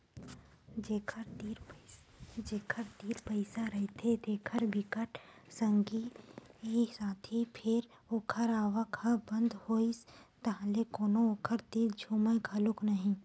जेखर तीर पइसा रहिथे तेखर बिकट संगी साथी फेर ओखर आवक ह बंद होइस ताहले कोनो ओखर तीर झुमय घलोक नइ